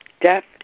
death